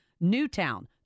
Newtown